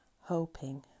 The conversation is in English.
hoping